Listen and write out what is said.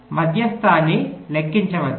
మధ్యస్థాన్ని లెక్కించవచ్చు